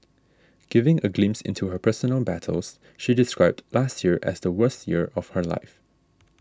giving a glimpse into her personal battles she described last year as the worst year of her life